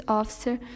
officer